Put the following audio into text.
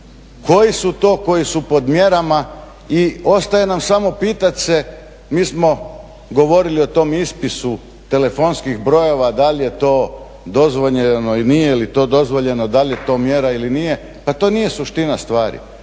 koji su to koji su pod mjerama. I ostaje nam samo pitati se mi smo govorili o tom ispisu telefonskih brojeva da li je to dozvoljeno ili nije li to dozvoljeno, da li je to mjera ili nije. Pa to nije suština stvari.